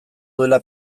duela